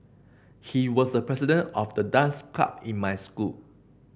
he was the president of the dance club in my school